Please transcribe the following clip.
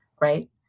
right